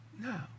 No